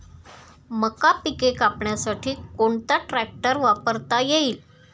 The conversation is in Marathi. मका पिके कापण्यासाठी कोणता ट्रॅक्टर वापरता येईल?